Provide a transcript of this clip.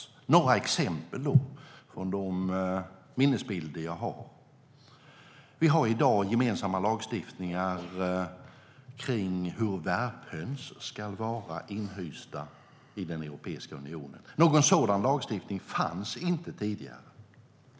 Jag ska ta upp några exempel från de minnesbilder som jag har. Vi har i dag gemensam lagstiftning om hur värphöns ska vara inhysta i Europeiska unionen. Någon sådan lagstiftning fanns inte tidigare.